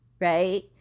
right